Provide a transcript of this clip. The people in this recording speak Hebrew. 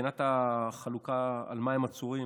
מבחינת החלוקה של על מה הם עצורים,